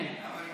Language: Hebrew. כן.